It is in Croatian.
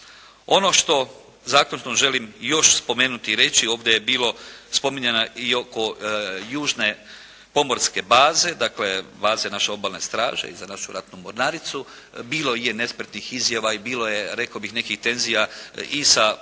Ono što zaključno želim još spomenuti i reći, ovdje je bilo spominjanja i oko južne pomorske baze, dakle, baze naše Obalne straže i za našu ratnu mornaricu, bilo je nespretnih izjava i bilo je, rekao bih, nekih tenzija i sa područja